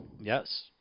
Yes